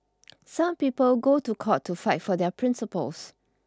some people go to court to fight for their principles